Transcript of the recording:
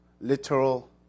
literal